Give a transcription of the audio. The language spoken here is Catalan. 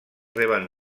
reben